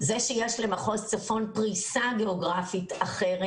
זה שיש למחוז צפון פריסה גאוגרפית אחרת,